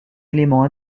élément